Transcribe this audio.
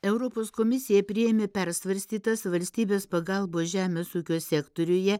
europos komisija priėmė persvarstytas valstybės pagalbos žemės ūkio sektoriuje